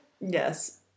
yes